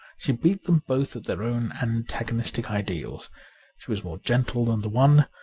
she beat them both at their own antagonistic ideals she was more gentle than the one,